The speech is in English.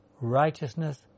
righteousness